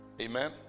Amen